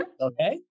Okay